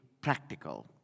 practical